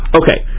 okay